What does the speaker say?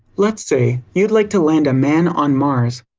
let's say you'd like to land a man on mars.